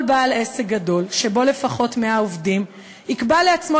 כל בעל עסק גדול שבו לפחות 100 עובדים יקבע לעצמו